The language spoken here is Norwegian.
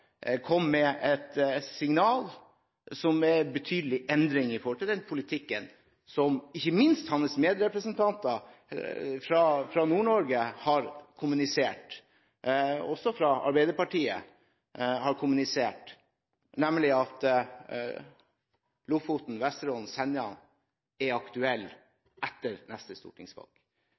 jeg oppfattet det slik at statsråd Ola Borten Moe i forbindelse med møtet i Svolvær kom med et signal som er en betydelig endring i den politikken som ikke minst hans medrepresentanter fra Nord-Norge har kommunisert, og som Arbeiderpartiet har kommunisert, nemlig at Lofoten, Vesterålen og Senja er